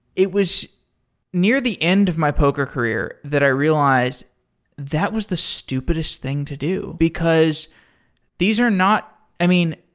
it was near the end of my poker career that i realized that was the stupidest thing to do, because these are not i mean,